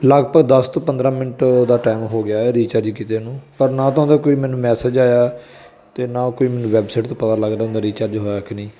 ਲਗਭਗ ਦਸ ਤੋਂ ਪੰਦਰਾਂ ਮਿੰਟ ਦਾ ਟਾਈਮ ਹੋ ਗਿਆ ਰੀਚਾਰਜ ਕੀਤੇ ਨੂੰ ਪਰ ਨਾ ਤਾਂ ਉਹਦਾ ਕੋਈ ਮੈਨੂੰ ਮੈਸੇਜ ਆਇਆ ਅਤੇ ਨਾ ਕੋਈ ਮੈਨੂੰ ਵੈਬਸਾਈਟ ਤੋਂ ਪਤਾ ਲੱਗਦਾ ਉਹਦਾ ਰੀਚਾਰਜ ਹੋਇਆ ਕਿ ਨਹੀਂ